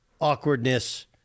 awkwardness